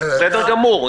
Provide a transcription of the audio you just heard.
בסדר גמור,